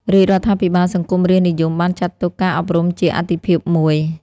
រាជរដ្ឋាភិបាលសង្គមរាស្រ្តនិយមបានចាត់ទុកការអប់រំជាអាទិភាពមួយ។